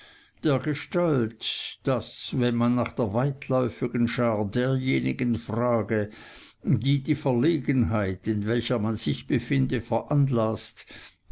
dergestalt daß wenn man nach der weitläufigen schar derjenigen frage die die verlegenheit in welcher man sich befinde veranlaßt